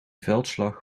veldslag